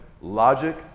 logic